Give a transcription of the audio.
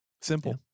Simple